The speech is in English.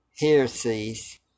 heresies